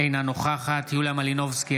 אינה נוכחת יוליה מלינובסקי,